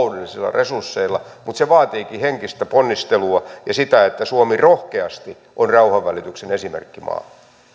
resursseilla mutta se vaatiikin henkistä ponnistelua ja sitä että suomi rohkeasti on rauhanvälityksen esimerkkimaa